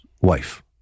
wife